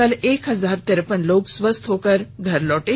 कल एक हजार तिरपन लोग स्वस्थ ठीक होकर घर लौटे